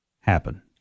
happen